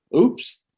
Oops